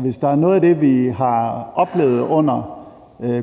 Hvis der er noget, vi har oplevet under